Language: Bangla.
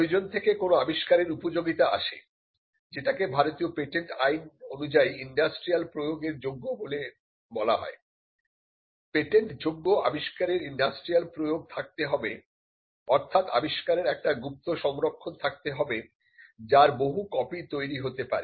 প্রয়োজন থেকে কোন আবিষ্কারের উপযোগিতা আসে যেটাকে ভারতীয় পেটেন্ট আইন অনুযায়ী ইন্ডাস্ট্রিয়াল প্রয়োগের যোগ্য বলে বলা হয় পেটেন্ট যোগ্য আবিষ্কারের ইন্ডাস্ট্রিয়াল প্রয়োগ থাকতে হবে অর্থাৎ আবিষ্কারের একটা গুপ্ত সংরক্ষন থাকতে হবে যার বহু কপি তৈরি হতে পারে